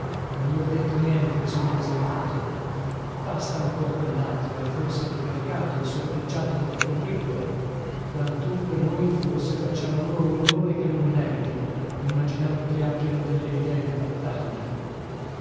non gli ho detto niente mi sono disanimato tasta ancora quell'altro è forse l'incaricato il sorteggiato della combriccola quantunque noi forse facciamo loro un onore che non meritano immaginando che abbiano delle idee di battaglia